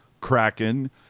Kraken